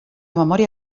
memòria